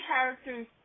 characters